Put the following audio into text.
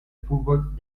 fútbol